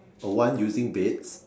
a one using baits